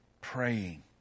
praying